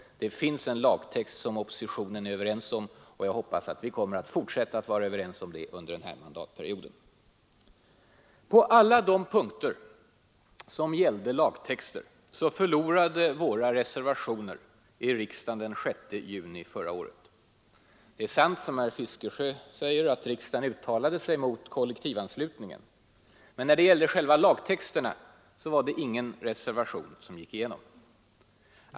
Det finns en lagtext, som oppositionen är överens om. Jag hoppas att vi fortsätter att vara överens om den under den här mandatperioden. På alla de punkter som gällde lagtexter förlorade våra reservationer i riksdagen den 6 juni förra året. Det är sant som herr Fiskesjö säger att riksdagen uttalade sig mot kollektivanslutningen, men när det gäller själva lagtexterna var det ingen reservation som gick igenom.